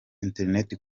internet